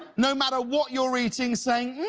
no matter what you're eating saying,